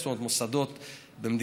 זאת אומרת,